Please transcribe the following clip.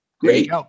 great